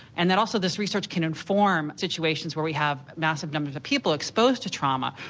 and that also this research can inform situations where we have massive numbers of people exposed to trauma,